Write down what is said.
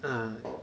ah